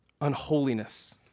unholiness